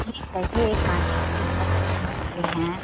नहीं वैसे एक काँटे की बहुत अच्छी मछली है